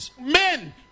men